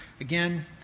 again